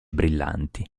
brillanti